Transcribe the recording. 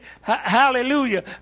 hallelujah